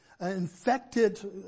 infected